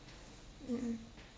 mm mm